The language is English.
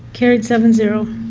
carried seven zero.